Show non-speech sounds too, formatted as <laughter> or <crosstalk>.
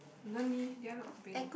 <noise> did I not bring it